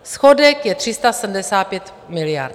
Schodek je 375 miliard.